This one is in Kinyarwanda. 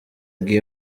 game